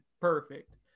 perfect